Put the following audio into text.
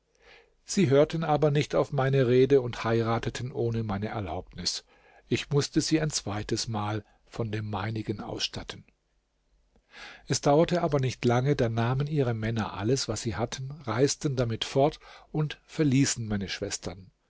sie hörten aber nicht auf meine rede und heirateten ohne meine erlaubnis ich mußte sie ein zweites mal von dem meinigen ausstatten es dauerte aber nicht lange da nahmen ihre männer alles was sie hatten reisten damit fort und verließen meine schwestern